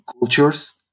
cultures